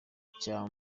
cya